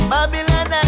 Babylon